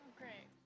great